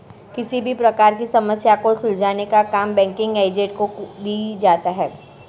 किसी भी प्रकार की समस्या को सुलझाने का काम बैंकिंग एजेंट को ही दिया जाता है